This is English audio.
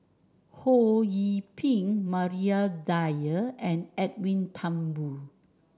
Ho Yee Ping Maria Dyer and Edwin Thumboo